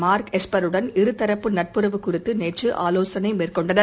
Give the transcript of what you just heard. mark எஸ்பருடன் இரு தரப்பு நட்புறவு குறித்து நேற்று ஆலோசனை நடத்தினார்